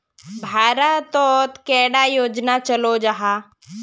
भारत तोत कैडा योजना चलो जाहा?